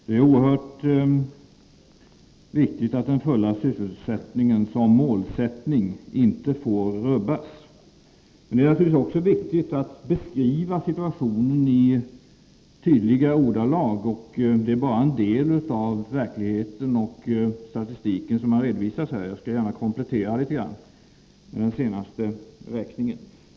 Det är oerhört viktigt att den fulla sys: ningen såsom målsättning inte får rubbas. Det är naturligtvis också viktigt att beskriva situationen i tydliga ordalag. Bara en del av verkligheten och den statistik som finns har redovisats här. Jag skall gärna komplettera litet grand från den senaste räkningen.